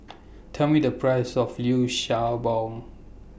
Tell Me The Price of Liu Sha Bao